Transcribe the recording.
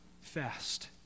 fast